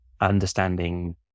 understanding